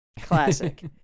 classic